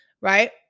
right